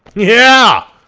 yeah!